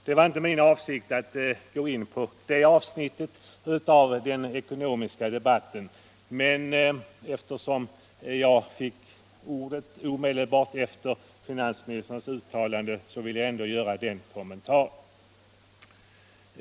Det var inte min avsikt att gå in på detta avsnitt av den ekonomiska debatten, men eftersom jag fick ordet omedelbart efter finansministerns uttalande har jag ändå velat göra denna kommentar.